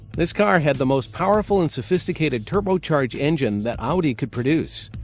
this car had the most powerful and sophisticated turbocharged engine that audi could produce.